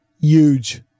Huge